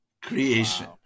creation